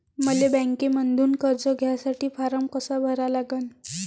मले बँकेमंधून कर्ज घ्यासाठी फारम कसा भरा लागन?